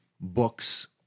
Books